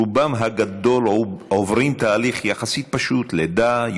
רובם הגדול עוברים תהליך יחסית פשוט: לידה,